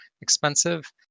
expensive